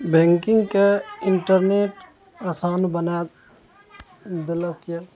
banking के internet आसान बना देलक यऽ